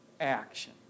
action